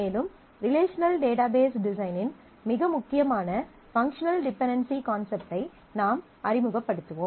மேலும் relational database டிசைனின் மிக முக்கியமான பங்க்ஷனல் டிபென்டென்சி கான்செப்டை நாம் அறிமுகப்படுத்துவோம்